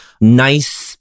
nice